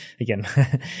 again